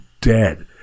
Dead